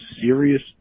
serious